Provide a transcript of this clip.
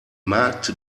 markt